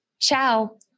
Ciao